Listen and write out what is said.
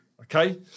okay